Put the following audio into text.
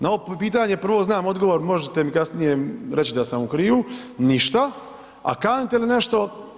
Na ovo pitanje prvo znam odgovor, možete mi kasnije reći da sam u krivu, ništa a kanite li nešto?